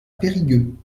périgueux